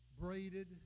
braided